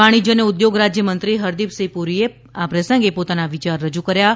વાણિજ્ય અને ઉદ્યોગ રાજ્યમંત્રી હરદીપસિંહ પુરીએ પણ આ પ્રસંગે પોતાના વિયાર રજૂ કર્યા હતા